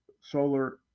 solar